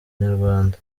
nyarwanda